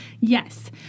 Yes